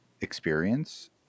experience